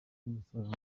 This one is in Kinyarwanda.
n’umusaruro